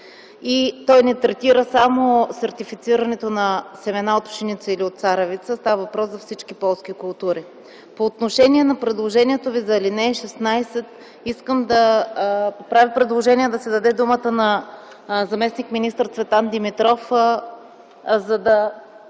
Той не третира само сертифицирането на семена от пшеница или от царевица, става въпрос за всички полски култури. По отношение на предложението Ви за ал. 16, правя предложение да се даде думата на заместник-министър Цветан Димитров, за да